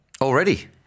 Already